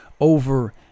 over